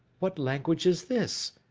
what language is this?